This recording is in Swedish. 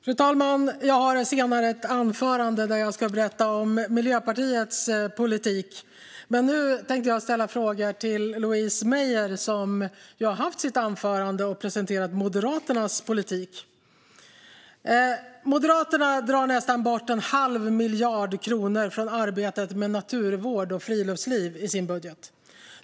Fru talman! Jag har senare ett anförande där jag ska berätta om Miljöpartiets politik. Nu tänkte jag ställa frågor till Louise Meijer, som ju har haft sitt anförande och presenterat Moderaternas politik. Moderaterna drar bort nästan en halv miljard kronor från arbetet med naturvård och friluftsliv i sin budget.